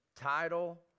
Title